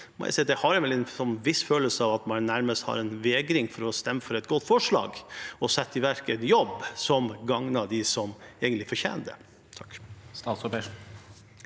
jeg en viss følelse av at man nærmest har vegring mot å stemme for et godt forslag og sette i verk en jobb som gagner dem som egentlig fortjener det.